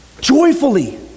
Joyfully